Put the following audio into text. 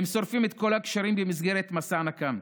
הם שורפים את כל הגשרים במסגרת מסע הנקם.